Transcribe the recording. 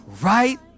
right